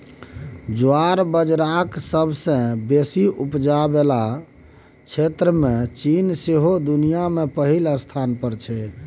ज्वार बजराक सबसँ बेसी उपजाबै बला क्षेत्रमे चीन सौंसे दुनियाँ मे पहिल स्थान पर छै